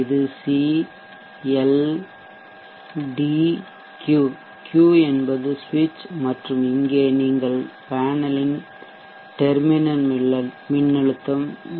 இது C L D Q C L D Q Q என்பது சுவிட்ச் மற்றும் இங்கே நீங்கள் பேனல் ன் டெர்மினல் மின்னழுத்தம் வி